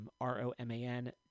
R-O-M-A-N